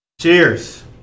Cheers